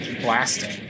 blasting